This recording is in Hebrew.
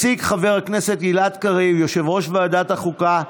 מציג חבר כנסת גלעד קריב, יושב-ראש ועדת החוקה,